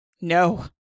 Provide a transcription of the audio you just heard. No